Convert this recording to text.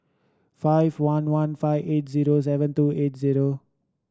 five one one five eight zero seven two eight zero